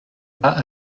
pas